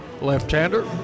left-hander